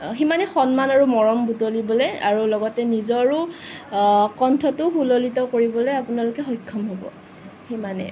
সিমানে সন্মান আৰু মৰম বুটলিবলৈ আৰু লগতে নিজৰো কণ্ঠটো সুললিত কৰিবলৈ আপোনালোকে সক্ষম হ'ব সিমানেই